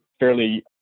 fairly